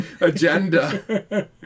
agenda